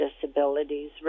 disabilities